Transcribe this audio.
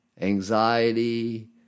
anxiety